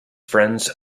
friends